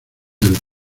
del